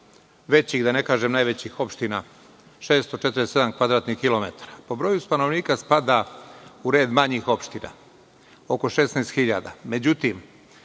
većih, da ne kažem najvećih, opština – 647 kvadratnih kilometara. Po broju stanovnika spada u red manjih opština, oko 16.000.